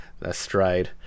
astride